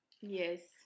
Yes